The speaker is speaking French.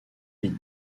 vite